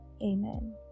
amen